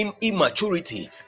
immaturity